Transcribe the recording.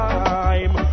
time